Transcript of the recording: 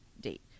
date